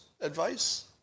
advice